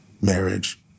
Marriage